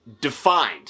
defined